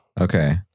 Okay